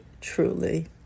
truly